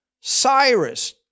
Cyrus